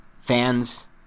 Fans